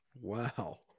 Wow